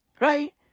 Right